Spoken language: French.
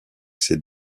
ses